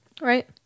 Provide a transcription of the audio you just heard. right